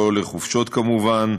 לא לחופשות כמובן,